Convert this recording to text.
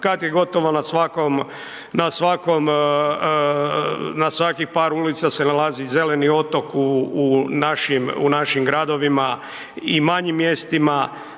na svakom, na svaki par ulica se nalazi zeleni otok u našim gradovima i manjim mjestima,